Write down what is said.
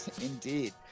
Indeed